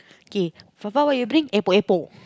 kay Fafa what you bring epok-epok